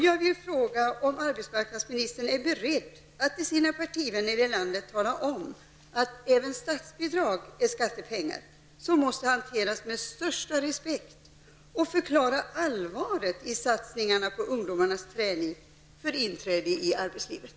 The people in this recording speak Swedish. Jag vill fråga om arbetsmarknadsministern är beredd att till sina partivänner ute i landet tala om att även statsbidrag är skattepengar, som måste hanteras med största respekt, och förklara allvaret i satsningarna på ungdomarnas träning för inträde i arbetslivet.